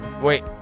Wait